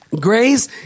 Grace